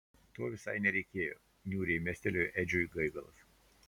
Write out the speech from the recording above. to visai nereikėjo niūriai mestelėjo edžiui gaigalas